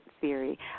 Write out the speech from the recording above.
theory